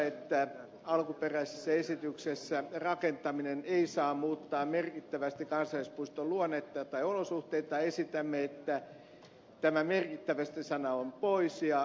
kun alkuperäisessä esityksessä rakentaminen ei saa muuttaa merkittävästi kansallispuiston luonnetta tai olosuhteita esitämme että tämä sana merkittävästi poistetaan